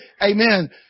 Amen